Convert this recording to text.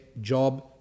job